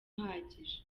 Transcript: uhagije